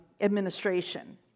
administration